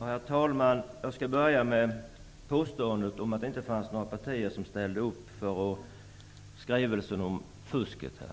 Herr talman! Jag skall börja med påståendet att det inte fanns några partier som ställde upp på skrivelsen om a-kassefusket. Jag